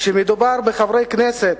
שמדובר בחברי כנסת